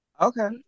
Okay